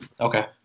Okay